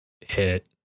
hit